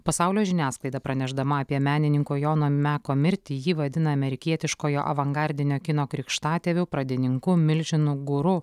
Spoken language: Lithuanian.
pasaulio žiniasklaida pranešdama apie menininko jono meko mirtį jį vadina amerikietiškojo avangardinio kino krikštatėviu pradininku milžinu guru